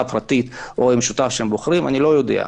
פרטית או עם שותף שהם בוחרים אני לא יודע.